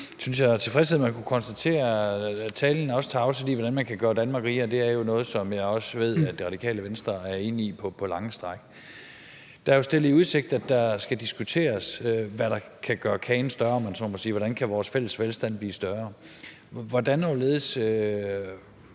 tilfredshed, at man kunne konstatere, at talen også tager afsæt i, hvordan man kan gøre Danmark rigere, som jo er noget, som jeg også ved at vi og Det Radikale Venstre er enige om på lange stræk. Der er jo stillet i udsigt, at det skal diskuteres, hvad der kan gøre kagen større, om man så må sige, altså hvordan vores fælles velstand kan blive større. Hvordan og